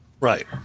right